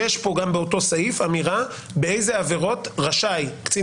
יש פה גם באותו סעיף אמירה באיזה עבירות רשאי קצין